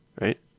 Right